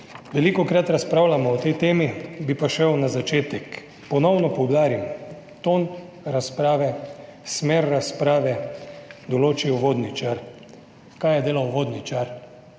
Velikokrat razpravljamo o tej temi, bi pa šel na začetek. Ponovno poudarim, ton razprave, smer razprave določi uvodničar. Kaj je delal uvodničar?